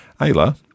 Ayla